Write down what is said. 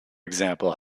example